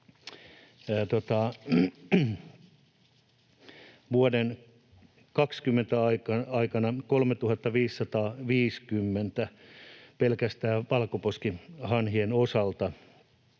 vuoden 20 aikana 3 550 pelkästään valkoposkihanhien osalta